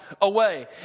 away